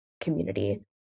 community